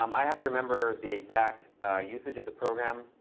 um i have to remember the exact usage of the program,